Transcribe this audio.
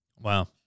Wow